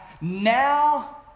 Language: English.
now